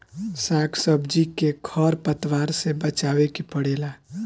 साग सब्जी के खर पतवार से बचावे के पड़ेला